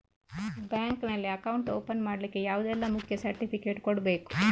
Bank ನಲ್ಲಿ account open ಮಾಡ್ಲಿಕ್ಕೆ ಯಾವುದೆಲ್ಲ ಮುಖ್ಯ ಸರ್ಟಿಫಿಕೇಟ್ ಕೊಡ್ಬೇಕು?